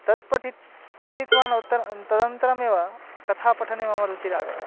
तत् पठितं पठितवान् उत्तरं तदनन्तरमेव कथापठने मम रुचिरागता